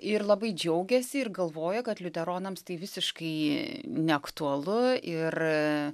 ir labai džiaugiasi ir galvoja kad liuteronams tai visiškai neaktualu ir